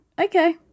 Okay